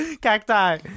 Cacti